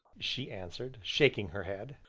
she answered, shaking her head,